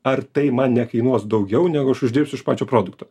ar tai man nekainuos daugiau negu aš uždirbsiu iš pačio produkto